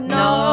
no